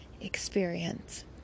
experience